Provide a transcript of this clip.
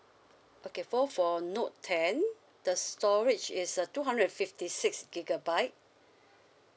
okay for for note ten the storage is uh two hundred and fifty six gigabyte